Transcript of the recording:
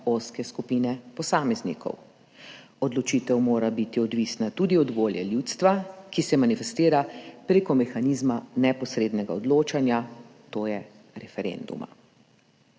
ozke skupine posameznikov. Odločitev mora biti odvisna tudi od volje ljudstva, ki se manifestira prek mehanizma neposrednega odločanja, to je referendum.